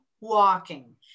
walking